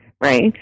Right